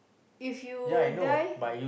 if you die